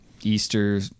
Easter